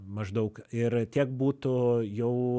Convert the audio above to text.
maždaug ir tiek būtų jau